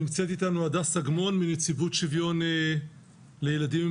נמצאת אתנו ב-זום הדס אגמון מנציבות שוויון זכויות לאנשים עם